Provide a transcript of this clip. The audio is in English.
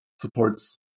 Supports